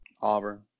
Auburn